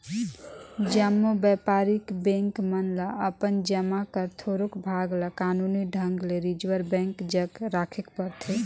जम्मो बयपारिक बेंक मन ल अपन जमा कर थोरोक भाग ल कानूनी ढंग ले रिजर्व बेंक जग राखेक परथे